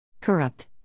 Corrupt